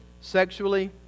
sexually